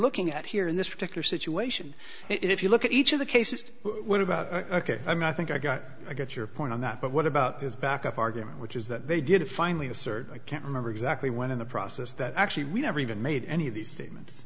looking at here in this particular situation if you look at each of the cases what about ok i mean i think i got a get your point on that but what about this backup argument which is that they did finally assert i can't remember exactly when in the process that actually we never even made any of these